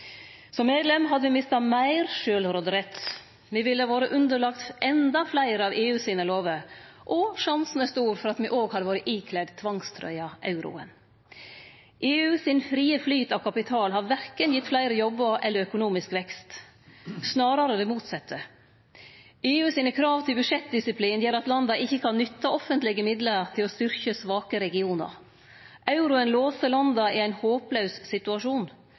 Som medlem hadde me mista meir sjølvråderett, me ville ha vore underlagde endå fleire av EU sine lover, og sjansen er stor for at me òg hadde vore ikledde tvangstrøya euroen. EU sin frie flyt av kapital har verken gitt fleire jobbar eller økonomisk vekst, snarare det motsette. EU sine krav til budsjettdisiplin gjer at landa ikkje kan nytte offentlege midlar til å styrkje svake regionar. Euroen låser landa i ein håplaus situasjon.